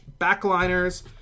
Backliners